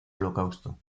holocausto